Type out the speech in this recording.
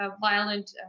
violent